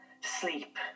sleep